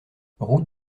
route